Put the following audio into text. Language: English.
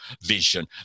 vision